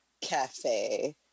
cafe